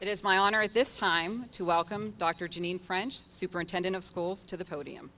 it is my honor at this time to welcome dr janine french superintendent of schools to the podium